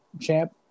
champ